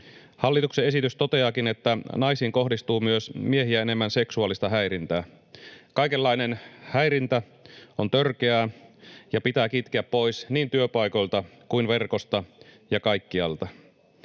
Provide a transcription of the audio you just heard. Hallituksen esitys toteaakin, että naisiin kohdistuu miehiä enemmän myös seksuaalista häirintää. Kaikenlainen häirintä on törkeää, ja se pitää kitkeä pois niin työpaikoilta kuin verkosta — ja kaikkialta.